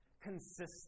consistent